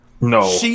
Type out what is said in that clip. No